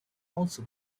also